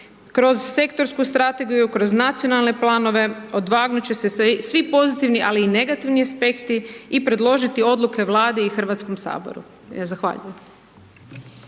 kroz sektorsku strategiju, kroz nacionalne planove odvagnut će se svi pozitivni ali i negativni aspekti i predložiti odluke Vlade i Hrvatskom saboru. Zahvaljujem.